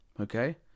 okay